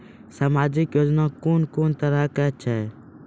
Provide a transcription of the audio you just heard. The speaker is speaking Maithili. समाजिक योजना कून कून तरहक छै?